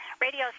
radio